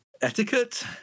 etiquette